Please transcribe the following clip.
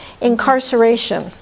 Incarceration